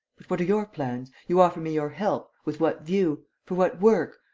but what are your plans? you offer me your help with what view? for what work?